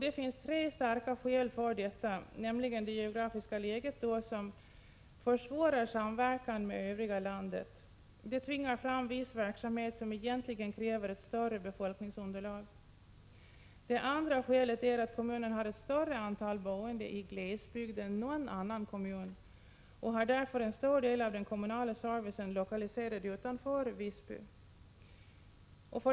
Det finns tre starka skäl för detta. Det första skälet är det geografiska läget, vilket försvårar samverkan med övriga landet. Det tvingar fram viss verksamhet som egentligen kräver ett större befolkningsunderlag. Det andra skälet är att kommunen har ett större antal boende i glesbygd än någon annan kommun och därför har en stor del av den kommunala servicen lokaliserad utanför Visby.